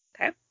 Okay